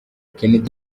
kennedy